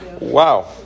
Wow